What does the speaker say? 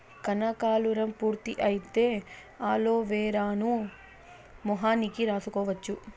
కనకాలురం పూర్తి అయితే అలోవెరాను మొహానికి రాసుకోవచ్చు